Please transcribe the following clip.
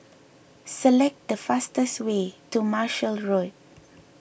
select the fastest way to Marshall Road